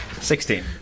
Sixteen